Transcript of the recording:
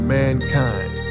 mankind